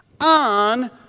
on